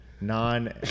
non